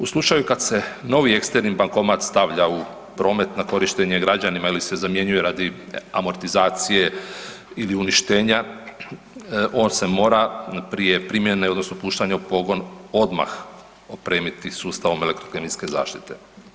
U slučaju kad se novi eksterni bankomat stavlja u promet na korištenje građanima ili se zamjenjuje radi amortizacije ili uništenja, on se mora prije primjene odnosno puštanja u pogon, odmah opremiti sustavom elektrokemijske zaštite.